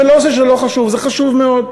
ולא זה שזה לא חשוב, זה חשוב מאוד,